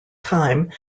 time